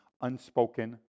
unspoken